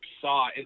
Saw